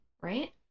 right